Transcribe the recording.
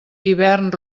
hivern